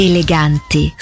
Eleganti